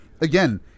Again